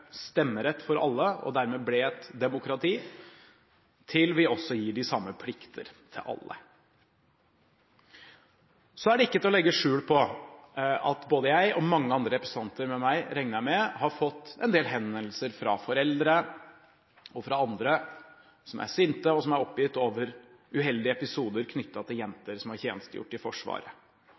stemmerett for alle – og dermed ble et demokrati – til vi også gir de samme plikter til alle. Så er det ikke til å legge skjul på at både jeg og mange andre representanter med meg – regner jeg med – har fått en del henvendelser fra foreldre og andre som er sinte og oppgitt over uheldige episoder knyttet til jenter som har tjenestegjort i Forsvaret.